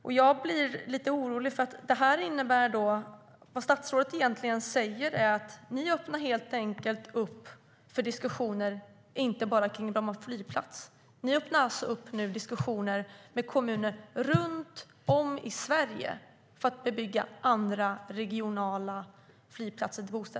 Det gör mig lite orolig, för vad statsrådet egentligen säger är att man öppnar för diskussion inte bara om Bromma flygplats utan med kommuner runt om i Sverige avseende att bygga bostäder på andra regionala flygplatser.